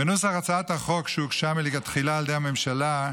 בנוסח הצעת החוק, שהוגשה מלכתחילה על ידי הממשלה,